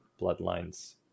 Bloodlines